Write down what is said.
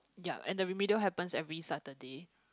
yup and the remedial happens every Saturday